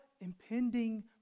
impending